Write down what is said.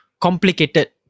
complicated